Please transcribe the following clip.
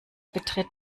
betritt